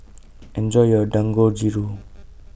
Enjoy your Dangojiru